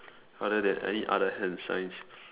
other than any other hand signs